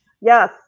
yes